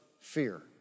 fear